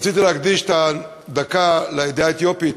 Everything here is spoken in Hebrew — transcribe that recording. רציתי להקדיש את הדקה לעדה האתיופית.